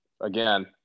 Again